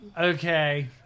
okay